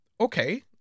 okay